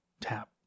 Tap